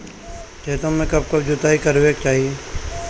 खेतो में कब कब जुताई करावे के चाहि?